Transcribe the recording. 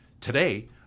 Today